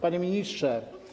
Panie Ministrze!